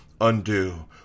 Undo